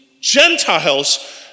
Gentiles